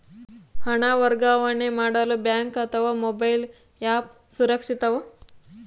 ಹಣ ವರ್ಗಾವಣೆ ಮಾಡಲು ಬ್ಯಾಂಕ್ ಅಥವಾ ಮೋಬೈಲ್ ಆ್ಯಪ್ ಸುರಕ್ಷಿತವೋ?